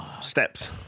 Steps